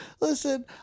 Listen